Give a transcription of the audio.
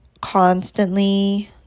constantly